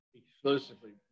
exclusively